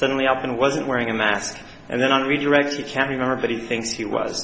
suddenly up and wasn't wearing a mask and then on redirect you can remember that he thinks he was